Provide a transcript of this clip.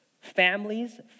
Families